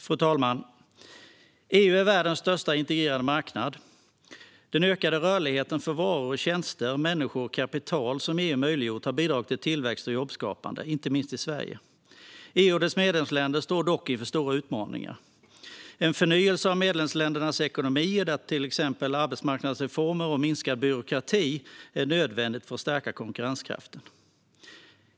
Fru talman! EU är världens största integrerade marknad. Den ökade rörlighet för varor, tjänster, människor och kapital som EU möjliggjort har bidragit till tillväxt och jobbskapande, inte minst i Sverige. EU och dess medlemsländer står dock inför stora utmaningar. En förnyelse av medlemsländernas ekonomier med exempelvis arbetsmarknadsreformer och minskad byråkrati är nödvändig för att stärka konkurrenskraften.